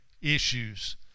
issues